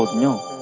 you